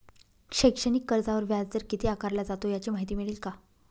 शैक्षणिक कर्जावर व्याजदर किती आकारला जातो? याची माहिती मिळेल का?